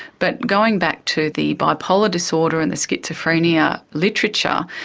but going back to the bipolar disorder and the schizophrenia literature,